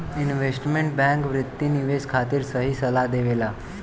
investment bank वित्तीय निवेश खातिर सही सलाह देबेला